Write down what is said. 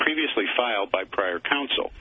previously filed by prior counsel